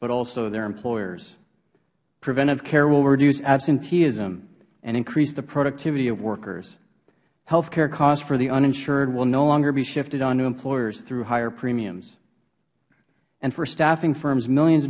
but also their employers preventive care will reduce absenteeism and increase the productivity of workers health care costs for the uninsured will no longer be shifted onto employers through higher premiums and for staffing firms millions